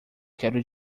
quero